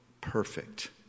perfect